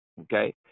okay